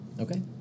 Okay